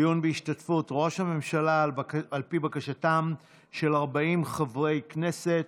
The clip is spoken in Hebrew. דיון בהשתתפות ראש הממשלה על פי בקשתם של 40 חברי כנסת.